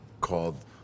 called